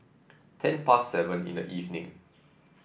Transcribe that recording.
ten past seven in the evening